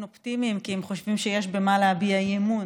אופטימיים כי הם חושבים שיש במה להביע אי-אמון.